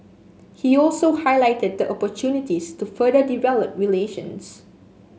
he also highlighted the opportunities to further develop relations